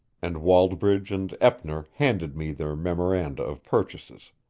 and wallbridge and eppner handed me their memoranda of purchases.